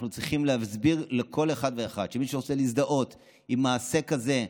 אנחנו צריכים להסביר לכל אחד ואחד שמי שרוצה להזדהות עם מעשה כזה,